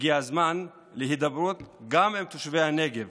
והגיע הזמן להידברות גם עם תושבי הנגב